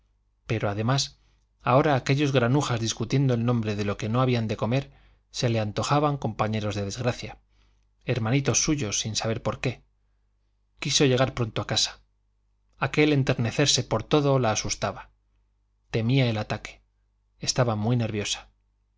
pero además ahora aquellos granujas discutiendo el nombre de lo que no habían de comer se le antojaban compañeros de desgracia hermanitos suyos sin saber por qué quiso llegar pronto a casa aquel enternecerse por todo la asustaba temía el ataque estaba muy nerviosa